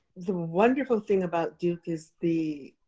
the wonderful thing about duke is the